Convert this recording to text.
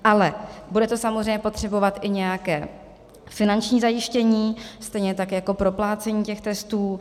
Ale bude to samozřejmě potřebovat i nějaké finanční zajištění, stejně tak jako proplácení těch testů.